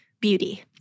beauty